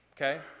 Okay